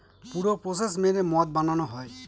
পুরো প্রসেস মেনে মদ বানানো হয়